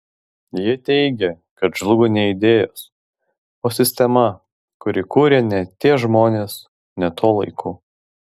jie teigia kad žlugo ne idėjos o sistema kurią kūrė ne tie žmonės ne tuo laiku